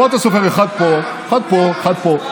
פה אתה סופר: אחד פה, אחד פה, אחד פה.